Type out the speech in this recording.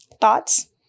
Thoughts